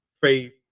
faith